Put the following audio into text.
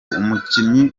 umukinnyi